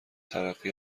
ترقی